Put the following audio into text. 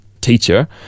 teacher